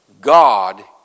God